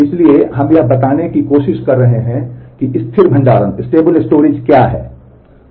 इसलिए हम यह बताने की कोशिश कर रहे हैं कि स्थिर भंडारण क्या है